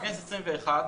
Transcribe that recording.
בכנסת העשרים ואחת